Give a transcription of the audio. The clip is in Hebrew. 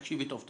תקשיבי טוב.